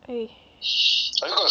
eh shit